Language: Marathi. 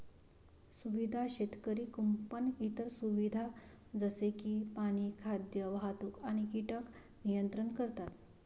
सुविधा शेतकरी कुंपण इतर सुविधा जसे की पाणी, खाद्य, वाहतूक आणि कीटक नियंत्रण करतात